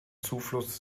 zufluss